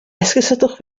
esgusodwch